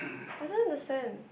I don't understand